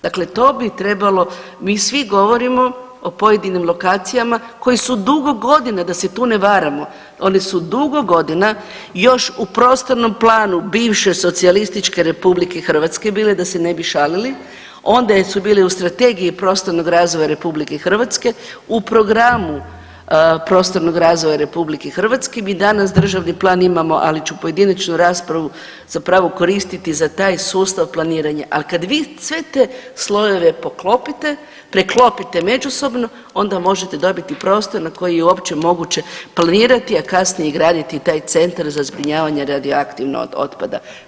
Dakle, to bi trebalo, mi svi govorimo o pojedinim lokacijama koje su dugo godina da se tu ne varamo, one su dugo godina još u prostornom planu bivše Socijalističke Republike Hrvatske bile, da se ne bi šalili, onda su bili u Strategiji prostornog razvoja Republike Hrvatske, u Programu prostornog razvoja Republike Hrvatske, mi danas državni plan imamo, ali ću pojedinačnu raspravu zapravo koristiti za taj sustav planiranja, ali kad vi sve te slojeve poklopite, preklopite međusobno, onda možete dobiti prostor na koji je uopće moguće planirati, a kasnije i graditi taj Centar za zbrinjavanje radioaktivnog otpada.